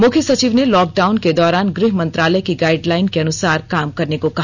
मुख्य सचिव ने लॉकडाउन के दौरान गृह मंत्रालय की गाइड लाइन के अनुसार काम करने को कहा